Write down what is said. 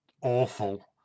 awful